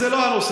זה לא הנושא.